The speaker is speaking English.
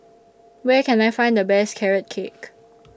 Where Can I Find The Best Carrot Cake